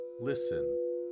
listen